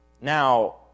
Now